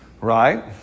Right